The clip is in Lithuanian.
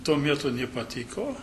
tuo metu nepatiko